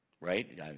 right